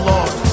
Lord